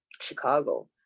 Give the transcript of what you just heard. chicago